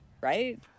right